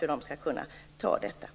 hur man skall kunna ta detta ansvar.